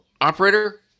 operator